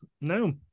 no